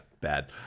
bad